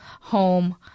home